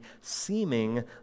seeming